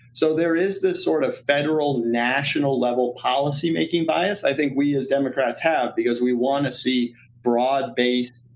so there is this sort of federal national-level policymaking bias i think we as democrats have, because we want to see broad-based,